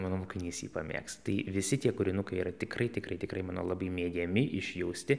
mano mokinys jį pamėgs tai visi tie kūrinukai yra tikrai tikrai tikrai mano labai mėgiami išjausti